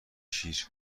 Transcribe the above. شیر